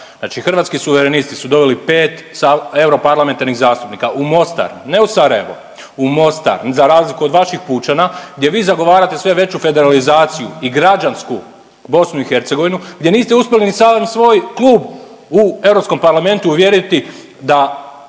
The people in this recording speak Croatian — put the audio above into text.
Hrvatski suverenisti su doveli 5 europarlamentarnih zastupnika u Mostar, ne u Sarajevo, u Mostar za razliku od vaših pučana gdje vi zagovarate sve veću federalizaciju i građansku BiH gdje niste uspjeli ni sami svoj klub u Europskom parlamentu uvjeriti da